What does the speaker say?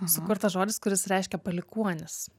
sukurtas žodis kuris reiškia palikuonis